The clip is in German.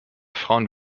frauen